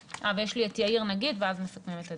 ויש את יאיר נגיד ואז אנחנו מסכמים את הדיון.